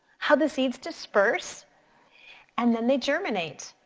how the seeds disperse and then they germinate.